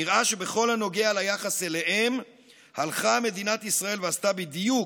נראה שבכל הנוגע ליחס אליהם הלכה מדינת ישראל ועשתה בדיוק,